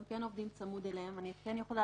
אנחנו עובדים בצמוד אליהם ואני יכולה